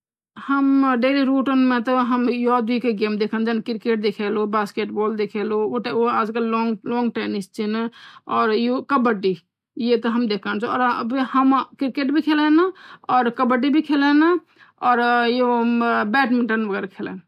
हम daily routine माँ तह हम यो द्वे गेम हे देखन जन क्रिकर्ट देखुलू बास्केटबाल देखेलु आजकल लोन टेनिस ची और यु कबाड़ी ये ते हम देखन और हम क्रिकेट भी खेलन और कबाड़ी भी खेलन और और यो बैडमिंटन भी खेलन